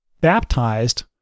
baptized